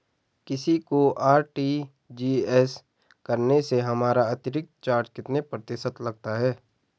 किसी को आर.टी.जी.एस करने से हमारा अतिरिक्त चार्ज कितने प्रतिशत लगता है?